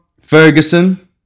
Ferguson